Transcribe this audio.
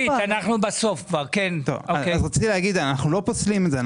אנחנו לא פוסלים את זה.